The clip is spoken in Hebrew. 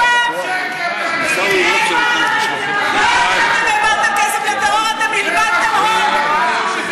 לא רק שהעברתם כסף לטרור, אתם בזבזתם הון.